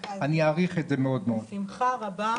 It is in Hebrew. אבל גם את הכוונה שלנו לקדם גן לאומי סובב ירושלים,